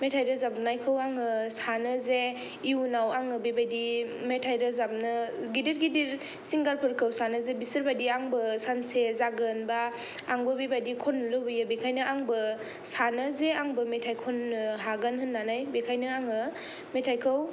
मेथाइ रोजाबनायखौ आङो सानो जे इयुनाव आङो बेबायदि मेथाइ रोजाबनो गिदिर गिदिर सिंगारफोरखौ सानो जे बिसोरबायदि आंबो सानसे जागोन बा आंबो बेबायदि खननो लुगैयो बेखायनो आंबो सानो जे आंबो मेथाइ खननो हागोन होननानै बेखायनो आङो मेथाइखौ